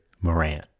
Moran